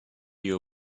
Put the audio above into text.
you